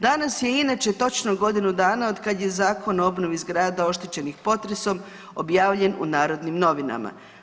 Danas je inače točno godinu dana otkad je Zakon o obnovi zgrada oštećenih potresom objavljen u Narodnim novinama.